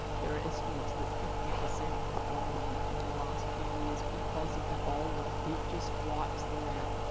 there are estimates that fifty percent have gone in the last few years because of ebola it just wipes them out.